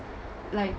like